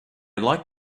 like